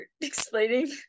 explaining